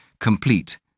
complete